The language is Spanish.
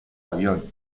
avión